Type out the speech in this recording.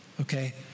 okay